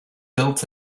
built